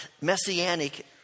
messianic